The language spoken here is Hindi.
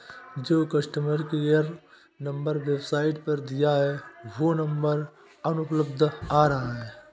जो कस्टमर केयर नंबर वेबसाईट पर दिया है वो नंबर अनुपलब्ध आ रहा है